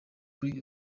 muri